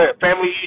family